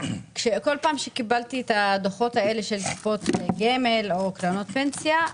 כל פעם כשקיבלתי את הדוחות האלה של קופות גמל או קרנות פנסיה,